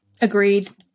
Agreed